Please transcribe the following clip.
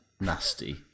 nasty